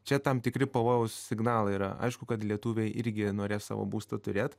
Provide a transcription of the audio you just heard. čia tam tikri pavojaus signalai yra aišku kad lietuviai irgi norės savo būstą turėt